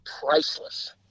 priceless